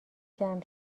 جمع